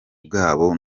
bwabo